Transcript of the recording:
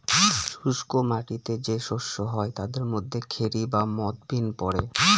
শুস্ক মাটিতে যে শস্য হয় তাদের মধ্যে খেরি বা মথ, বিন পড়ে